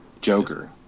Joker